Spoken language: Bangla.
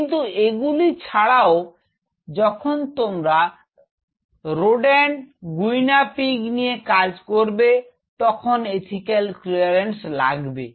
কিন্তু এগুলো ছাড়া যখন তোমরা রোড এন্ড গুইনা পিগ নিয়ে কাজ করবে তখন ইথিক্যাল ক্লিয়ারেন্স লাগবে